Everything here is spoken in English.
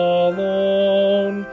alone